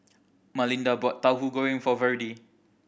Malinda bought Tauhu Goreng for Virdie